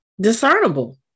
discernible